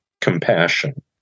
compassion